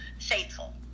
faithful